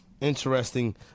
Interesting